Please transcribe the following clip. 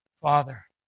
Father